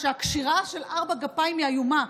הקשירה של ארבע גפיים היא איומה.